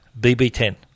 BB10